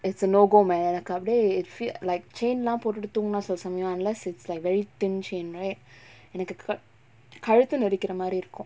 it's a no go man எனக்கு அப்புடியே:enakku appudiyae it feel like chain lah போட்டுட்டு தூங்குனா சில சமயோ:potuttu thoongunaa sila samayo unless it's like very thin chain right எனக்கு:enakku ka~ கழுத்த நெறிக்குர மாரி இருக்கு:kalutha nerikkura maari irukku